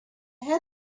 head